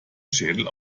schädel